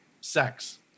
sex